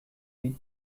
lead